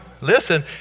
listen